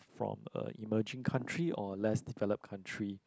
from a emerging country or a less developed country